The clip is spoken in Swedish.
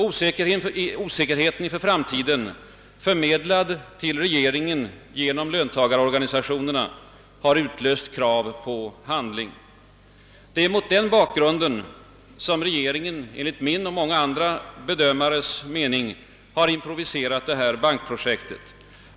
Osäkerheten inför framtiden, förmedlad till regeringen genom löntagarorganisationerna, har utlöst krav på handling. Det är mot den bakgrunden som regeringen, enligt min och många andra bedömares mening, har improviserat detta bankprojekt.